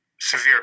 severe